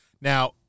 Now